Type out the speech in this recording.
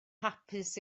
hapus